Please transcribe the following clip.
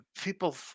People